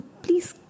please